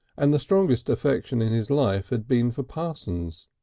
and the strongest affection in his life had been for parsons.